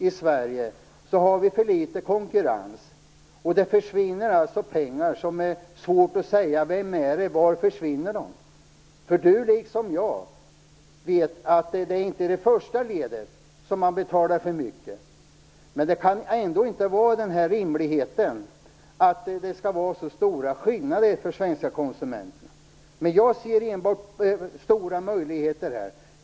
Men det är för litet konkurrens i Sverige. Det försvinner alltså pengar, men det är svårt att säga vart de tar vägen. Lennart Brunander liksom jag vet att det inte är i det första ledet som priserna är för höga. Men det kan ändå inte vara rimligt att prisskillnaderna skall vara så stora för de svenska konsumenterna. Men jag ser enbart stora möjligheter här.